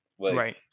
Right